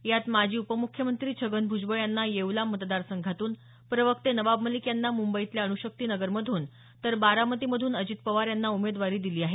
यात माजी उपमुख्यमंत्री छगन भूजबळ यांना येवला मतदारसंघातून प्रवक्ते नवाब मलिक यांना मुंबईतल्या अणुशक्ती नगरमधून तर बारामतीमधून अजित पवार यांना उमेदवारी दिली आहे